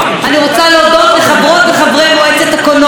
אני רוצה להודות לחברות וחברי מועצת הקולנוע.